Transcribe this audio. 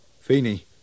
Feeney